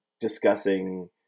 discussing